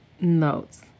notes